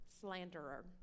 slanderer